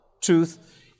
truth